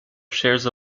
shares